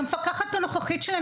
את המפקחת הנוכחית שלי,